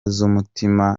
z’umutima